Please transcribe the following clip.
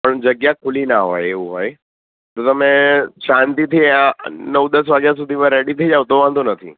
પણ જગ્યા ખૂલી ના હોય એવું હોય તો તમે શાંતિથી નવ દસ વાગ્યા સુધીમાં રેડી થઈ જાવ તો વાંધો નથી